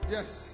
Yes